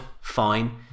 fine